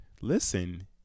listen